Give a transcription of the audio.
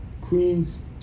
Queen's